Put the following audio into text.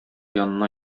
янына